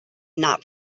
not